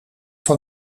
van